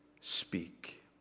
Speak